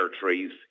trees